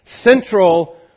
Central